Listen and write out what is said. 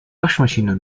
waschmaschine